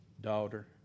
daughter